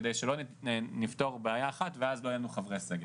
כדי שלא נפתור בעיה אחת ואז לא יהיו לנו חברי סגל.